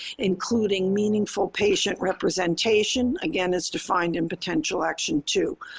including meaningful patient representation, again, as defined in potential action two.